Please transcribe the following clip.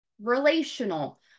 relational